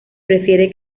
prefiere